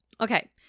Okay